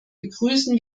begrüßen